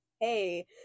hey